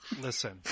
Listen